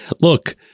look